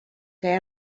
que